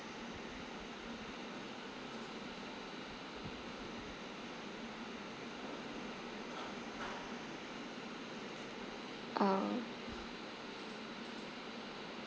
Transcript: uh